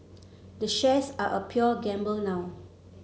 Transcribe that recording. the shares are a pure gamble now